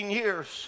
years